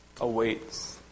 awaits